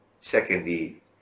secondly